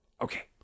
Okay